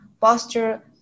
Posture